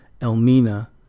Elmina